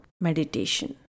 meditation